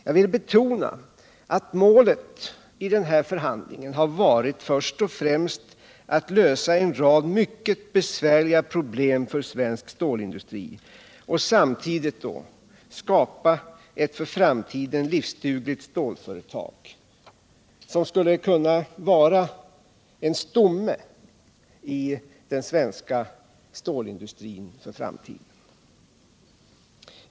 Jag vill betona att målet i förhandlingen har varit först och främst att lösa en rad mycket besvärliga problem för svensk stålindustri och att samtidigt skapa ett för framtiden livsdugligt stålföretag, som skulle kunna vara en stomme i den svenska stålindustrin för framtiden.